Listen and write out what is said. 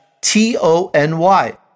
t-o-n-y